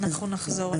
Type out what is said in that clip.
נחזור לזה.